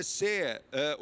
se